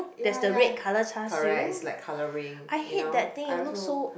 ya ya correct it's like colouring you know I also